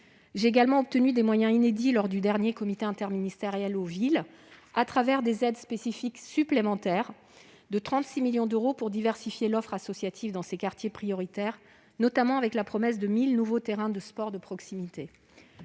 J'ai également obtenu des moyens inédits lors du dernier comité interministériel à la ville, sous la forme d'aides spécifiques supplémentaires de 36 millions d'euros, pour diversifier l'offre associative dans ces quartiers prioritaires. Ces aides serviront notamment à ouvrir les 1 000 nouveaux terrains de sport de proximité